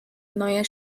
neuer